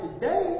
today